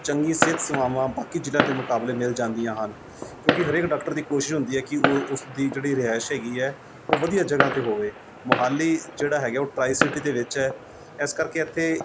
ਚੰਗੀ ਸਿਹਤ ਸੇਵਾਵਾਂ ਬਾਕੀ ਜ਼ਿਲ੍ਹਿਆਂ ਦੇ ਮੁਕਾਬਲੇ ਮਿਲ ਜਾਂਦੀਆਂ ਹਨ ਕਿਉਂਕਿ ਹਰੇਕ ਡਾਕਟਰ ਦੀ ਕੋਸ਼ਿਸ਼ ਹੁੰਦੀ ਹੈ ਕਿ ਉਹ ਉਸਦੀ ਜਿਹੜੀ ਰਿਹਾਇਸ਼ ਹੈਗੀ ਹੈ ਉਹ ਵਧੀਆ ਜਗ੍ਹਾ 'ਤੇ ਹੋਵੇ ਮੋਹਾਲੀ ਜਿਹੜਾ ਹੈਗਾ ਉਹ ਟ੍ਰਾਈ ਸਿਟੀ ਦੇ ਵਿੱਚ ਹੈ ਇਸ ਕਰਕੇ ਇੱਥੇ